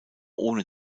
ohne